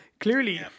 Clearly